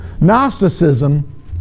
Gnosticism